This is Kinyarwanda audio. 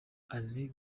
azi